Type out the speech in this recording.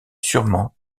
sûrement